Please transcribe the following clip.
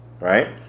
right